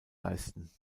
leisten